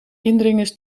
indringers